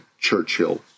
Churchill